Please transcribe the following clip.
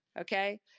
Okay